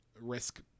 risk